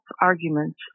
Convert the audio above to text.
arguments